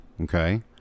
okay